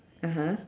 (uh huh)